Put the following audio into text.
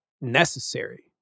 necessary